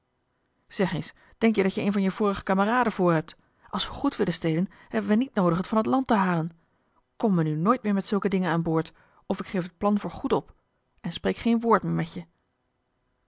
zeg eens denk jij dat je een van je vorige kameraden voorhebt als we goed willen stelen hebben we niet noodig het van het land te halen kom me nu nooit meer met zulke dingen aan boord of ik geef het plan voor goed op en spreek geen woord meer met je